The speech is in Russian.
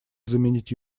заменить